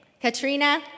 Katrina